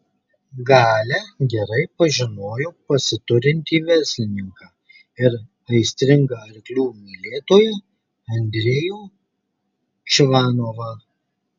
galia gerai pažinojo pasiturintį verslininką ir aistringą arklių mylėtoją andrejų čvanovą